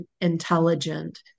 intelligent